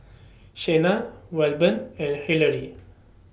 Shena Wilburn and Hillery